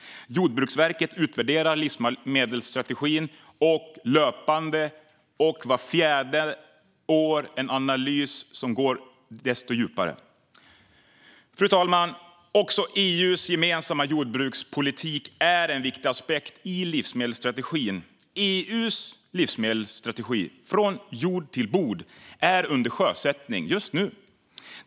Jordbruksverket utvärderar livsmedelsstrategin löpande, och vart fjärde år görs en analys som går djupare. Fru talman! Också EU:s gemensamma jordbrukspolitik är en viktig aspekt av livsmedelsstrategin. EU:s livsmedelsstrategi från jord till bord är under sjösättning just nu.